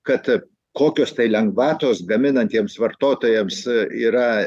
kad kokios tai lengvatos gaminantiems vartotojams yra